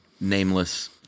nameless